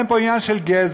אין פה עניין של גזל,